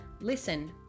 listen